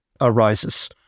arises